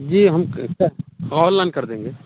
जी हम कॉल हम कर देंगे